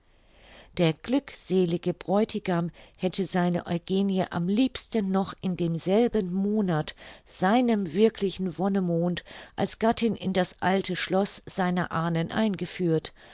der glückselige bräutigam hätte seine eugenie am liebsten noch in demselben monat seinem wirklichen wonnemond als gattin in das alte schloß seiner ahnen eingeführt